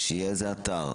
שיהיה איזה אתר,